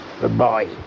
Goodbye